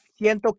siento